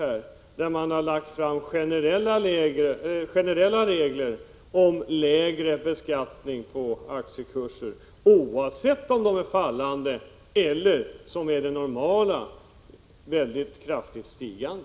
Man har ju lagt fram förslag till generella regler om lägre beskattning på aktiekurser — alltså oavsett om de är fallande eller, som är det normala, mycket kraftigt stigande.